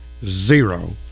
zero